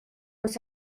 ens